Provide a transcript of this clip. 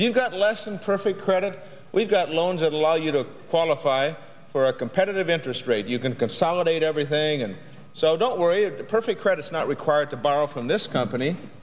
you've got less than perfect credit we've got loans that allow you to qualify for a competitive interest rate you can consolidate everything and so don't worry of the perfect credit is not required to borrow from this company